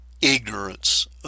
ignorance